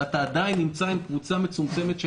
ואתה עדיין נמצא עם קבוצה מצומצמת של